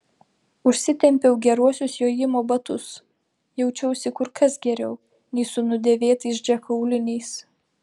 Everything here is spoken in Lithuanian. užsitempiau geruosius jojimo batus jaučiausi kur kas geriau nei su nudėvėtais džeko auliniais